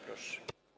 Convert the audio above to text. Proszę.